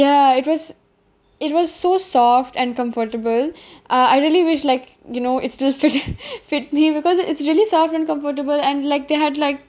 ya it was it was so soft and comfortable uh I really wished like you know it's still fit fit me because it it's really soft and comfortable and like they had like